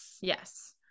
Yes